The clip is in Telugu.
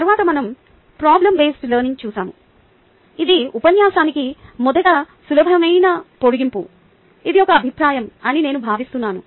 తరువాత మనం ప్రోబ్లెమ్ బేస్డ్ లెర్నింగ్ చూశాము ఇది ఉపన్యాసానికి మొదటి సులభమైన పొడిగింపు ఇది ఒక అభిప్రాయం అని నేను భావిస్తున్నాను